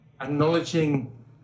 acknowledging